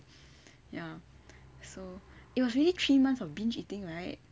ya so it was really three months of binge eating right